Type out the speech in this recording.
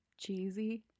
cheesy